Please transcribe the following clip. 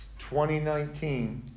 2019